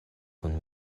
kun